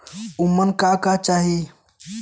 उमन का का चाही?